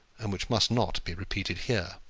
and which must not be repeated here.